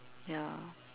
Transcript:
ya